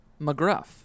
McGruff